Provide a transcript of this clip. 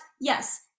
yes